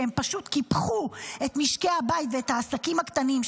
שהם פשוט קיפחו את משקי הבית ואת העסקים הקטנים,